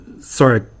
Sorry